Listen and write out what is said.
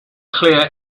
clear